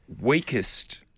weakest